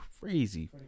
crazy